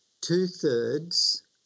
two-thirds